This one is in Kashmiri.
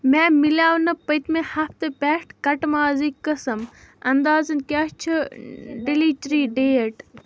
مےٚ مِلیو نہٕ پٔتۍمہِ ہفتہٕ پٮ۪ٹھ کٹہٕ مازٕکۍ قٕسٕم اَندازَن کیٛاہ چھِ ڈِلِچری ڈیٹ